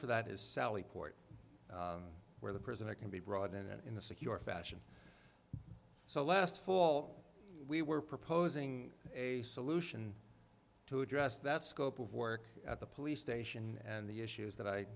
for that is sally port where the prisoner can be brought in in a secure fashion so last fall we were proposing a solution to address that scope of work at the police station and the issues that i